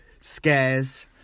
scares